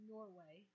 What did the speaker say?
Norway